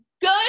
good